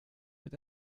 mit